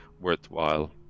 worthwhile